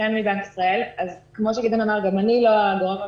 כמו שגדעון אמר, גם אני לא הגורם המשפטי,